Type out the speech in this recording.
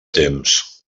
temps